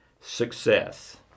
success